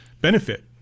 benefit